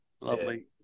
Lovely